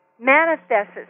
manifests